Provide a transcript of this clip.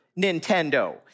Nintendo